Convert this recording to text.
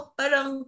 parang